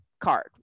card